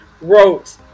wrote